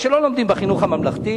מה שלא לומדים בחינוך הממלכתי